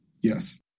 Yes